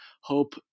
hope